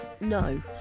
No